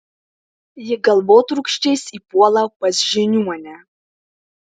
ji galvotrūkčiais įpuola pas žiniuonę